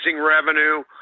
revenue